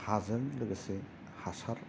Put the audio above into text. हाजों लोगोसे हासार